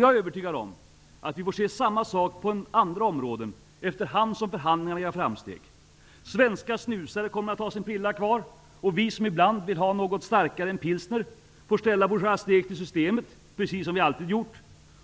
Jag är övertygad om att vi får se samma sak på andra områden efter hand som förhandlingarna gör framsteg. Svenska snusare kommer att ha sin prilla kvar, och vi som ibland vill ha något starkare än pilsner får ställa våra steg till Systemet, precis som vi alltid gjort.